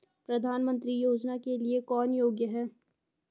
प्रधानमंत्री योजना के लिए कौन योग्य है?